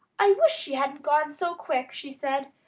i wish she hadn't gone so quick, she said.